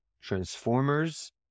transformers